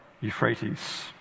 Euphrates